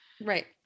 Right